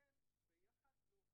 הם הרימו גבה שאין --- לנשים בהיריון.